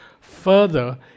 further